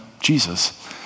Jesus